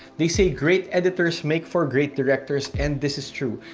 they say great editors, make for great directors, and this is true.